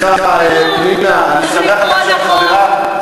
צריך לקרוא נכון,